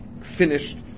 finished